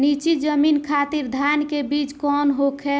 नीची जमीन खातिर धान के बीज कौन होखे?